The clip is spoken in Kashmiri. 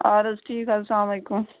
اد حظ ٹھیٖک حظ چھُ سلام علیکُم